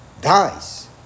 dies